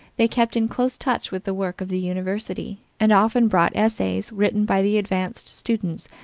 they kept in close touch with the work of the university, and often brought essays written by the advanced students,